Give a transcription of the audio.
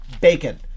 bacon